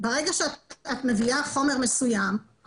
ברגע שאת מביאה חומר מסוים,